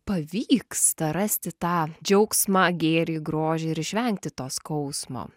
pavyksta rasti tą džiaugsmą gėrį grožį ir išvengti to skausmo